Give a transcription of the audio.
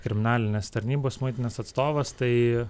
kriminalinės tarnybos muitinės atstovas tai